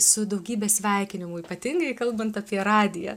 su daugybe sveikinimų ypatingai kalbant apie radiją